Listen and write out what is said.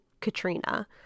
katrina